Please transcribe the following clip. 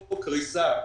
לקריסה.